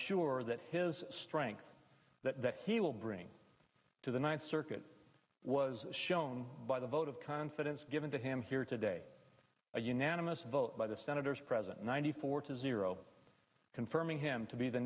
sure that his strength that that he will bring to the ninth circuit was shown by the vote of confidence given to him here today a unanimous vote by the senators present ninety four to zero confirming him to be the